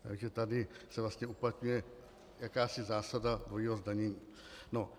Takže tady se vlastně uplatňuje jakási zásada dvojího zdanění.